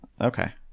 Okay